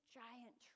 giant